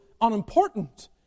unimportant